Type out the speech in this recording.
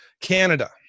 Canada